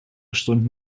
stunden